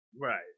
Right